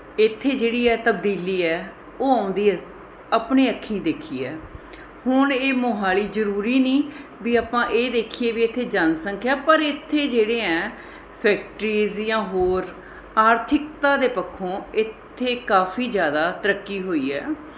ਇੱਥੇ ਜਿਹੜੀ ਹੈ ਤਬਦੀਲੀ ਹੈ ਉਹ ਆਉਂਦੀ ਆਪਣੀ ਅੱਖੀਂ ਦੇਖੀ ਹੈ ਹੁਣ ਇਹ ਮੋਹਾਲੀ ਜ਼ਰੂਰੀ ਨਹੀਂ ਵੀ ਆਪਾਂ ਇਹ ਦੇਖੀਏ ਵੀ ਇੱਥੇ ਜਨਸੰਖਿਆ ਪਰ ਇੱਥੇ ਜਿਹੜੇ ਹੈ ਫੈਕਟਰੀਜ਼ ਜਾਂ ਹੋਰ ਆਰਥਿਕਤਾ ਦੇ ਪੱਖੋਂ ਇੱਥੇ ਕਾਫੀ ਜ਼ਿਆਦਾ ਤਰੱਕੀ ਹੋਈ ਹੈ